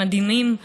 הם מדהימים,